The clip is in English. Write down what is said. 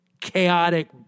chaotic